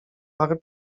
parę